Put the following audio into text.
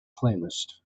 playlist